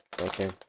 Okay